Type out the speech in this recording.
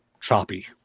choppy